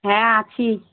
হ্যাঁ আছি